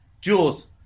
Jules